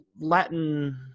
Latin